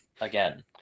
again